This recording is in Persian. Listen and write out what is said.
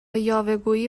یاوهگویی